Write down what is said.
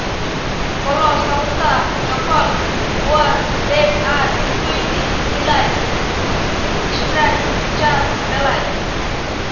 call সংস্থা যখল উয়ার ডেট আর ইকুইটি মিলায় ইসট্রাকচার বেলায়